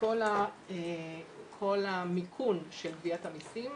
כל המיכון של גביית המסים